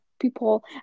people